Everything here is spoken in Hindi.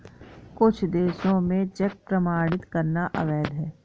कुछ देशों में चेक प्रमाणित करना अवैध है